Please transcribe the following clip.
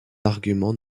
arguments